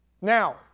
Now